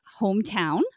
hometown